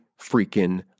freaking